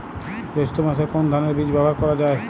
জৈষ্ঠ্য মাসে কোন ধানের বীজ ব্যবহার করা যায়?